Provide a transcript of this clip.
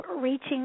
reaching